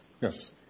Yes